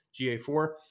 GA4